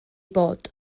bod